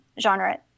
genre